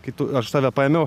kai tu aš tave paėmiau